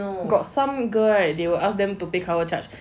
got some girl right they will ask them to pay cover charge